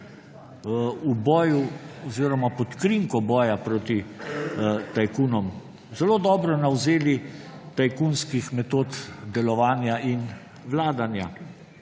v boju oziroma pod krinko boja proti tajkunom zelo dobro navzeli tajkunskih metod delovanja in vladanja.